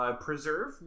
Preserve